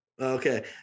Okay